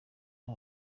nta